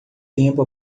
tempo